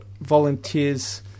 volunteers